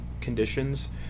conditions